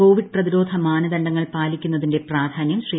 Covid പ്രതിരോധ മാനദണ്ഡങ്ങൾ പാലിക്കുന്നതിന്റെ പ്രാധാന്യം ശ്രീ